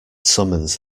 summons